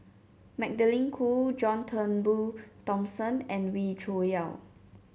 Magdalene Khoo John Turnbull Thomson and Wee Cho Yaw